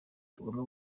tugomba